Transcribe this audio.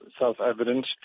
self-evident